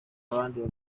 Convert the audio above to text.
abandi